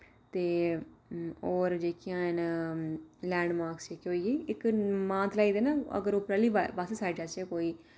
ते और जेह्कियां न लैंड मार्क इक होई गेई इक मानतलाई दी ना अगर उप्परे आह्ली वा पास्से साइड जाह्चै कोई